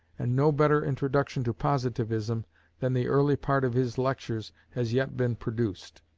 and no better introduction to positivism than the early part of his lectures has yet been produced.